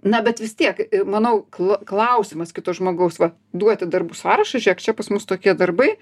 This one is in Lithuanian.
na bet vis tiek manau kl klausimas kito žmogaus va duoti darbų sąrašą žiūrėk čia pas mus tokie darbai